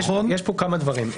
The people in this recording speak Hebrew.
יש פה כמה דברים.